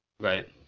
Right